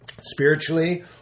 spiritually